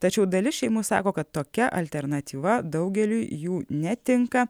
tačiau dalis šeimų sako kad tokia alternatyva daugeliui jų netinka